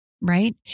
right